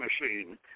machine